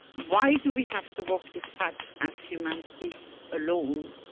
why do we have to walk this path as humanity alone?